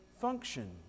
function